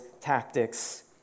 tactics